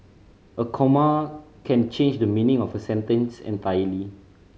a comma can change the meaning of a sentence entirely